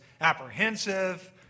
apprehensive